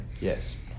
Yes